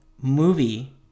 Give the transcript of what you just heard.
movie